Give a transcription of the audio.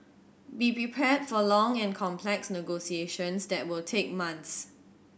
be prepared for long and complex negotiations that will take months